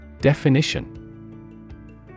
Definition